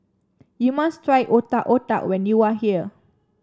you must try Otak Otak when you are here